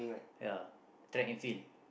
ya technically